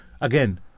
again